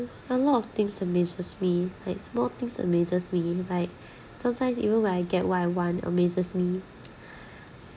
a lot of things amazes me like small things amazes me like sometimes even when I get what I want amazes me